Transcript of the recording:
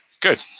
Good